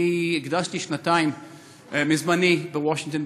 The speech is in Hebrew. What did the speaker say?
אני הקדשתי שנתיים מזמני בוושינגטון,